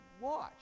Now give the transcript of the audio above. watch